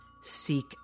Seek